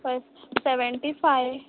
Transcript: five seventy five